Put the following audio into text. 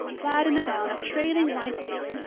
clad in a gown of trailing white lace,